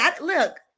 look